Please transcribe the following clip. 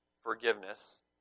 forgiveness